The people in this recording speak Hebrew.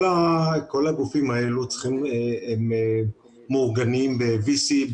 כל הגופים האלה מאורגנים ב-VC,